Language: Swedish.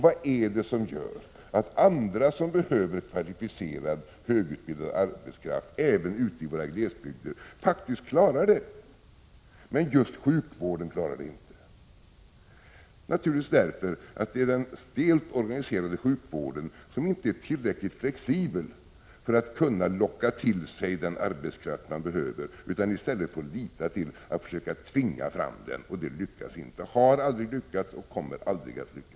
Vad är det som gör att andra som behöver kvalificerad högutbildad arbetskraft, även ute i våra glesbygder, faktiskt klarar det medan just sjukvården inte klarar det? Den stelt organiserade sjukvården är inte tillräckligt flexibel för att kunna locka till sig den arbetskraft man behöver utan får i stället lita till att försöka tvinga fram den — och det har aldrig lyckats och kommer aldrig att lyckas.